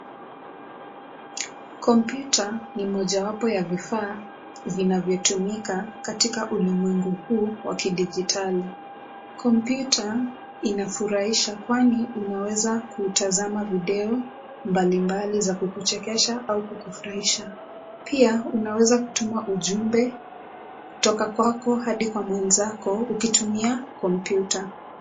Kompyuta ni mojawapo ya vifaa vinavyotumika katika ulimwengu huu wa kidijitali , kompyuta inafurahisha kwani unaweza kutazama video mbalimbali za kukuchekesha au kukufurahisha , pia unaweza kutuma ujumbe kutoka kwako kwenda kwa mwenzako ukitumia kompyuta .